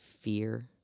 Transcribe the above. fear